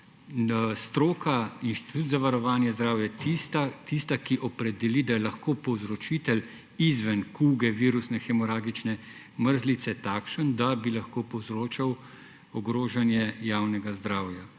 stroka, Inštitut za varovanje zdravja, tista, ki opredeli, da je lahko povzročitelj izven kuge, virusne hemoragične mrzlice takšen, da bi lahko povzročal ogrožanje javnega zdravja.